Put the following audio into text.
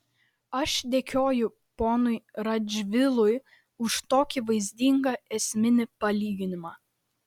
aš dėkoju ponui radžvilui už tokį vaizdingą esminį palyginimą